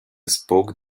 spoke